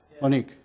Monique